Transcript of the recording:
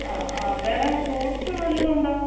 അ അ വേറെ ഫ്രൂട്ട്സ് വല്ലതും ഉണ്ടോ